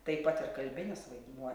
taip pat ir kalbinis vaidmuo